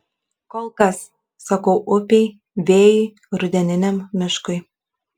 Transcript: kol kas sakau upei vėjui rudeniniam miškui